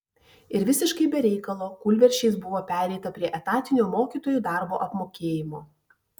ir visiškai be reikalo kūlversčiais buvo pereita prie etatinio mokytojų darbo apmokėjimo